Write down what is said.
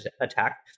attack